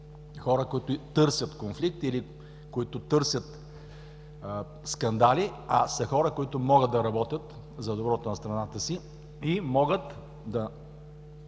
хора, които търсят конфликт или които търсят скандали, а са хора, които могат да работят за доброто на страната си и могат да